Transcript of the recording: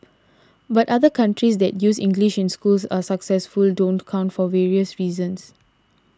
but countries that use English in schools and are successful don't count for various reasons